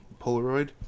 Polaroid